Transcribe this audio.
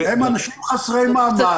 הם אנשים חסרי מעמד.